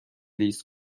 لیست